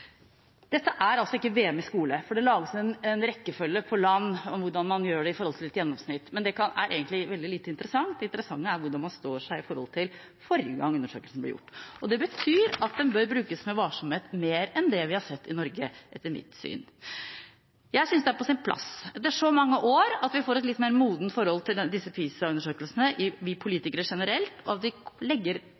Dette er altså ikke VM i skole, for det lages en rekkefølge på land om hvordan man gjør det i forhold til et gjennomsnitt, men det er egentlig veldig lite interessant. Det interessante er hvordan man står seg i forhold til forrige gang undersøkelsen ble gjort. Det betyr at den bør brukes med varsomhet – mer enn det vi har sett i Norge, etter mitt syn. Jeg synes det er på sin plass at vi etter så mange år får et litt mer modent forhold til disse PISA-undersøkelsene, vi politikere generelt, og at vi legger